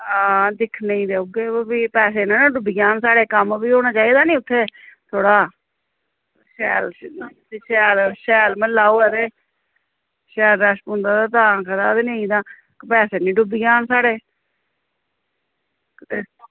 हां दिक्खने गी ते औगे भी बा पैहे निं ना डुब्बी जान साढ़े कम्म बी होना चाहिदा निं उत्थें थोह्ड़ा शैल शैल शैल शैल म्हल्ला होऐ ते शैल रश पौंदा तां खरा नेईं तां पैसे निं डुब्बी जान साढ़े कुतै